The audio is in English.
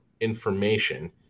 information